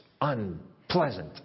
unpleasant